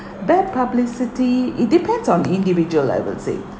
bad publicity it depends on individual I will say